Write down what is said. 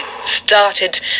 started